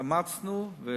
התאמצנו,